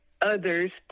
others